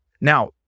Now